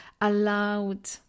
allowed